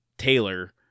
Taylor